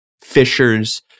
Fisher's